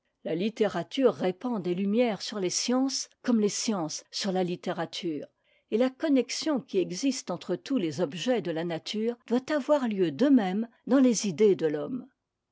la littérature répand des lumières sur les sciences comme les sciences sur la littérature et la connexion qui existe entre tous les objets de la nature doit avoir lieu de même dans les idées de